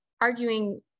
arguing